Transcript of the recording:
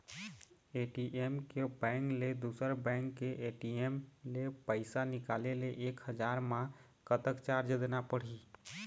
ATM के bank ले दुसर बैंक के ए.टी.एम ले पैसा निकाले ले एक हजार मा कतक चार्ज देना पड़ही?